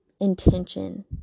intention